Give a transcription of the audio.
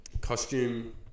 costume